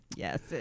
Yes